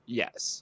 yes